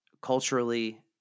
culturally